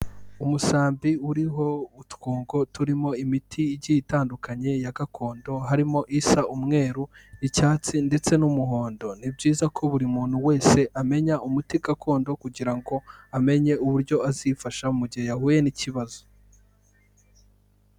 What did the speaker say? Umusambi uriho utwungo turimo imiti igiye itandukanye ya gakondo, harimo isa umweru, icyatsi ndetse n'umuhondo. Ni byiza ko buri muntu wese amenya umuti gakondo kugira ngo amenye uburyo azifasha mu gihe yahuye n'ikibazo.